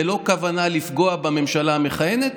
ללא כוונה לפגוע בממשלה המכהנת,